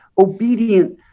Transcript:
obedient